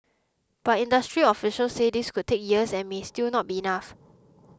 but industry officials say this could take years and may still not be enough